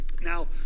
now